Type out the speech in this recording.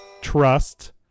trust